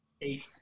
Eight